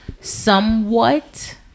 somewhat